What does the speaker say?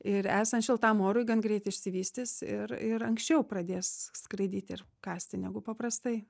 ir esant šiltam orui gan greit išsivystys ir ir anksčiau pradės skraidyti ir kąsti negu paprastai